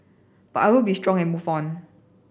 but I will be strong and move on